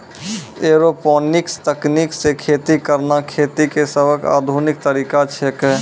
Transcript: aeroponics तकनीक सॅ खेती करना खेती के सबसॅ आधुनिक तरीका छेकै